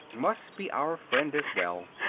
must be our friend, as well.